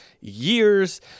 years